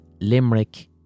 Limerick